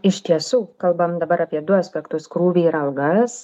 iš tiesų kalbam dabar apie du aspektus krūvį ir algas